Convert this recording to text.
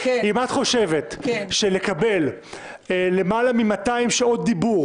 את חושבת שלקבל למעלה מ-200 שעות דיבור